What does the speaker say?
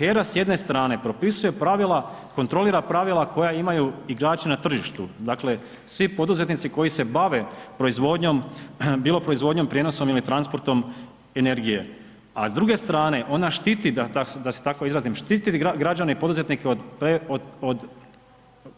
HERA s jedne strane propisuje pravila, kontrolira pravila koja imaju igrači na tržištu, dakle, svi poduzetnici koji se bave proizvodnjom, bilo proizvodnjom, prijenosom ili transportom energije, a s druge strane ona štiti, da se tako izrazim, štiti građane i poduzetnike od,